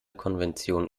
konventionen